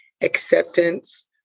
acceptance